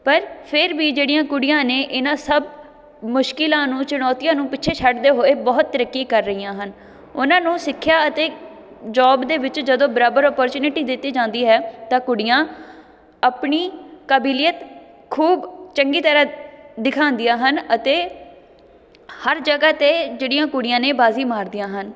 ਪਰ ਫ਼ਿਰ ਵੀ ਜਿਹੜੀਆਂ ਕੁੜੀਆਂ ਨੇ ਇਹਨਾਂ ਸਭ ਮੁਸ਼ਕਿਲਾਂ ਨੂੰ ਚੁਣੌਤੀਆਂ ਨੂੰ ਪਿੱਛੇ ਛੱਡਦੇ ਹੋਏ ਬਹੁਤ ਤਰੱਕੀ ਕਰ ਰਹੀਆਂ ਹਨ ਉਹਨਾਂ ਨੂੰ ਸਿੱਖਿਆ ਅਤੇ ਜੌਬ ਦੇ ਵਿੱਚ ਜਦੋਂ ਬਰਾਬਰ ਔਪਰਚਿਊਨੀਟੀ ਦਿੱਤੀ ਜਾਂਦੀ ਹੈ ਤਾਂ ਕੁੜੀਆਂ ਆਪਣੀ ਕਾਬੀਲੀਅਤ ਖੂਬ ਚੰਗੀ ਤਰ੍ਹਾਂ ਦਿਖਾਉਂਦੀਆਂ ਹਨ ਅਤੇ ਹਰ ਜਗ੍ਹਾਂ 'ਤੇ ਜਿਹੜੀਆਂ ਕੁੜੀਆਂ ਨੇ ਬਾਜ਼ੀ ਮਾਰਦੀਆਂ ਹਨ